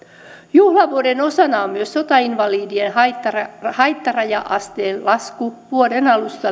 juhlavuoden osana on myös sotainvalidien haittaraja haittaraja asteen lasku vuoden alusta